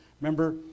remember